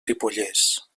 ripollès